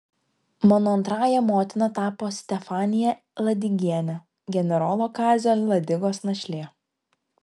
mano antrąja motina tapo stefanija ladigienė generolo kazio ladigos našlė